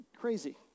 Crazy